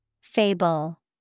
Fable